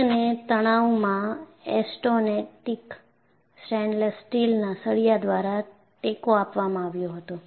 છતને તણાવમાં austenitic stainless સ્ટીલના સળિયા દ્વારા ટેકો આપવામાં આવ્યો હતો